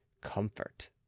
comfort